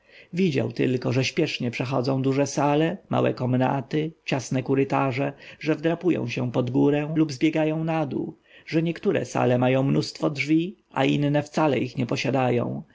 widział tylko że śpiesznie przechodzą duże sale małe komnaty ciasne korytarze że wdrapują się pod górę lub zbiegają nadół że niektóre sale mają mnóstwo drzwi a inne wcale ich nie posiadają